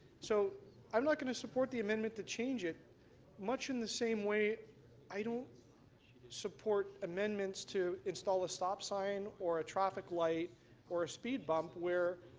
so i'm not going to support the amendment to change it much in the same way i don't support amendments to install a stop sign or a traffic light or a speed bump where